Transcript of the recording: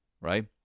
right